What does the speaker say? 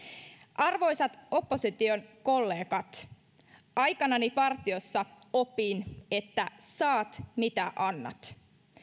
arvoisat opposition kollegat aikanani partiossa opin että saat mitä annat